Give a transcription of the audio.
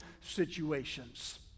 situations